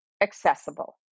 accessible